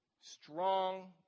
strong